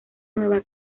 nueva